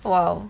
!wow!